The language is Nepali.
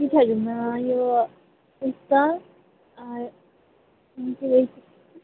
मिठाईहरूमा यो उइस छ